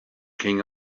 king